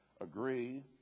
Agree